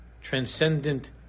transcendent